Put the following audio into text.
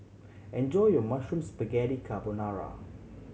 enjoy your Mushroom Spaghetti Carbonara